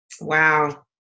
Wow